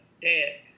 dead